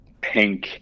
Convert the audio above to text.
pink